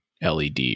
led